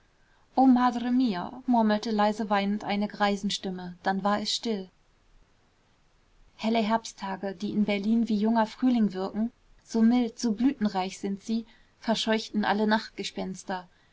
murmelte leise weinend eine greisenstimme dann war es still helle herbsttage die in berlin wie junger frühling wirken so mild so blütenreich sind sie verscheuchten alle